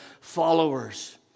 followers